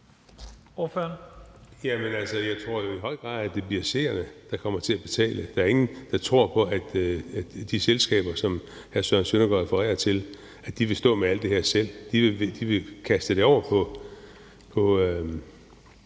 Jeg tror jo, at det i høj grad bliver seerne, der kommer til at betale. Der er ingen, der tror på, at de selskaber, som hr. Søren Søndergaard refererer til, vil stå med alt det her selv. De vil kaste det over på